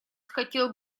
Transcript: хотел